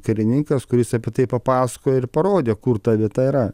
karininkas kuris apie tai papasakojo ir parodė kur ta vieta yra